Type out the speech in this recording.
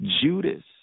Judas